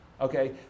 okay